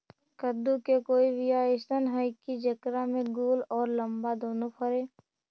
कददु के कोइ बियाह अइसन है कि जेकरा में गोल औ लमबा दोनो फरे?